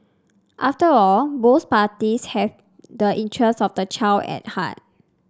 after all both parties have the interests of the child at heart